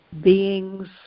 beings